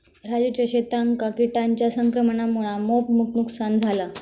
राजूच्या शेतांका किटांच्या संक्रमणामुळा मोप नुकसान झाला